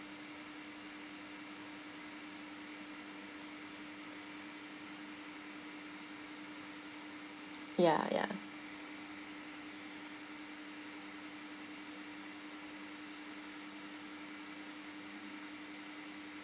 ya ya